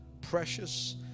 precious